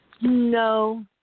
No